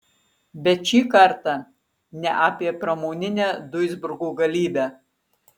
bet šį kartą ne apie pramoninę duisburgo galybę